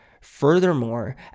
Furthermore